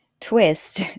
twist